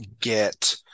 get